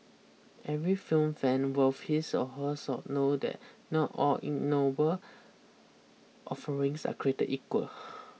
every film fan worth his or her salt know that not all ignoble offerings are create equal